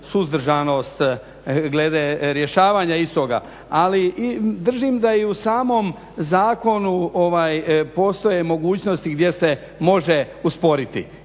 suzdržanost glede rješavanja istoga. Ali držim da i u samom zakonu postoje mogućnosti gdje se može usporiti,